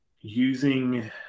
using